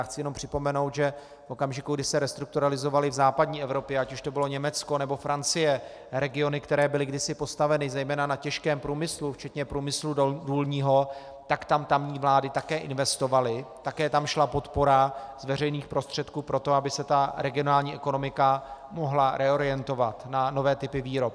Chci jenom připomenout, že v okamžiku, kdy se restrukturalizovaly v západní Evropě, ať už to bylo Německo, nebo Francie, regiony, které byly kdysi postaveny zejména na těžkém průmyslu, včetně průmyslu důlního, tak tam tamní vlády také investovaly, také tam šla podpora z veřejných prostředků pro to, aby se regionální ekonomika mohla reorientovat na nové typy výrob.